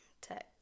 Tech